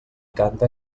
canta